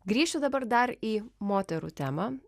grįšiu dabar dar į moterų temą